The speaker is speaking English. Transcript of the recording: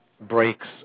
breaks